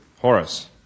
Horace